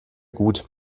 gut